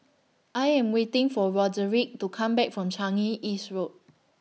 I Am waiting For Roderick to Come Back from Changi East Road